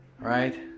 right